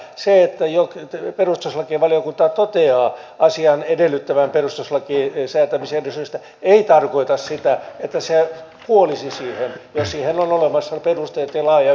se että jo perustuslakivaliokunta toteaa asian edellyttävän perustuslain säätämisjärjestystä ei tarkoita sitä että se kuolisi siihen jos siihen on olemassa perusteet ja laaja yhteisymmärrys